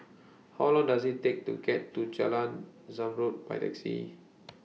How Long Does IT Take to get to Jalan Zamrud By Taxi